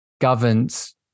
governs